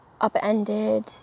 upended